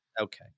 Okay